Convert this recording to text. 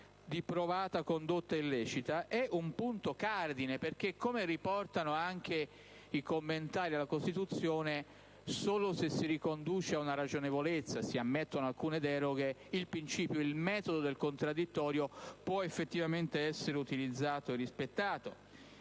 effetto di provata condotta illecita». Esso è un punto cardine perché, come riportano anche i commentari della Costituzione, solo se si riconduce a ragionevolezza e si ammettono talune deroghe, il metodo del contraddittorio può effettivamente essere utilizzato e rispettato.